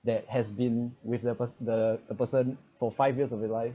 that has been with the pers~ the the person for five years of your life